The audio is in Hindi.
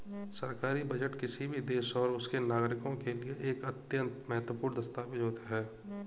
सरकारी बजट किसी भी देश और उसके नागरिकों के लिए एक अत्यंत महत्वपूर्ण दस्तावेज है